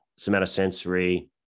somatosensory